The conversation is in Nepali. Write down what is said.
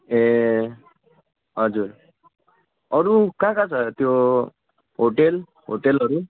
ए हजुर अरू कहाँ कहाँ छ त्यो होटेल होटेलहरू